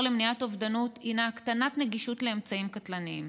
למניעת אובדנות הינה הקטנת הנגישות לאמצעים קטלניים.